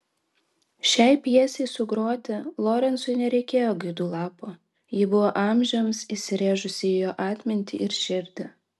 šiai pjesei sugroti lorencui nereikėjo gaidų lapo ji buvo amžiams įsirėžusi į jo atmintį ir širdį